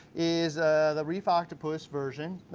is the reef octopus version,